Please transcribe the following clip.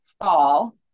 fall